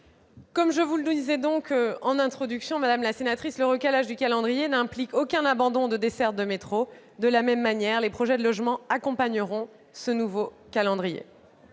Comme je vous le disais en introduction, madame la sénatrice, le recalage du calendrier n'implique aucun abandon de desserte de métro. De la même manière, les projets de logements accompagneront ce nouveau calendrier.